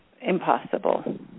impossible